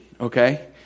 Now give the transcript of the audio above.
okay